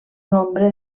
nombre